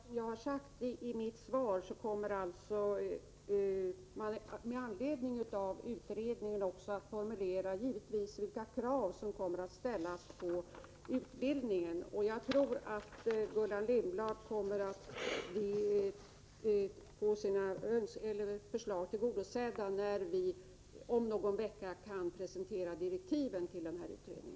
Herr talman! Som jag har sagt i mitt svar kommer man bl.a. med ledning av utredningen givetvis också att formulera vilka krav som skall ställas på utbildningen. Jag tror att Gullan Lindblad kommer att få sina synpunkter tillgodosedda, när vi om någon vecka kan presentera direktiven till denna utredning.